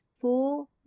four